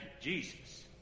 Jesus